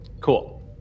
Cool